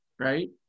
right